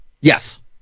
Yes